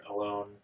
alone